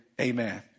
Amen